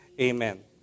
Amen